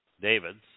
David's